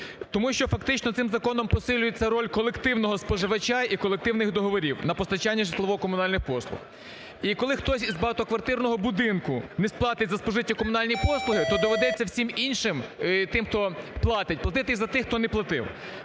Тому що фактично цим законом посилюється роль колективного споживача і колективних договорів на постачання житлово-комунальних послуг. І коли хтось із багатоквартирного будинку не сплатить за спожиті комунальні послуги, то доведеться всім іншим, тим, хто платить, платити і за тих, хто не платив.